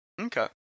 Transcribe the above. Okay